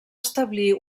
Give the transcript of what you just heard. establir